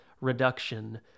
reduction